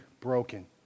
broken